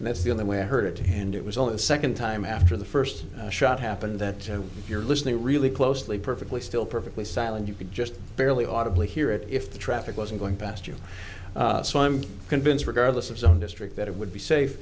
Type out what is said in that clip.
and that's the only way i heard it and it was only the second time after the first shot happened that you're listening really closely perfectly still perfectly silent you could just barely autoblog hear it if the traffic wasn't going past you so i'm convinced regardless of some district that it would be safe